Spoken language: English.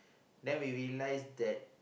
then we we realise that